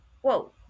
whoa